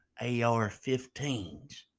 AR-15s